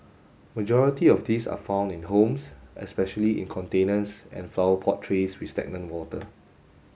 majority of these are found in homes especially in containers and flower pot trays with stagnant water